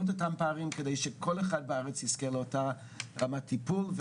את אותם פערים כדי שכל אחד בארץ יזכה לאותה רמת טיפול.